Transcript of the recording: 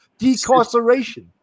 Decarceration